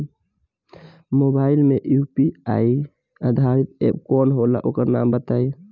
Mobile म UPI आधारित app कौन होला ओकर नाम बताईं?